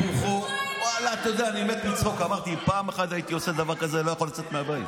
לא, חלילה, אנשים שנלחמים, הוא העניין.